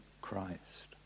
Christ